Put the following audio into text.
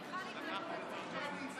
כל פעם אתם חוזרים